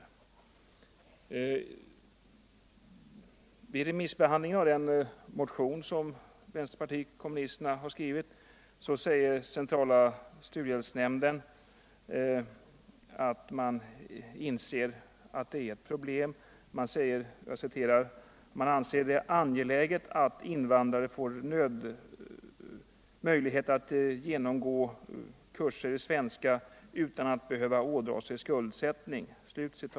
I sitt remissyttrande över vänsterpartiet kommunisternas motion säger centrala studiehjälpsnämnden att den inser att detta är ett problem. Nämnden finner det ”angeläget att invandrare får möjlighet att genomgå kurser i svenska utan att behöva ådra sig studieskulder”.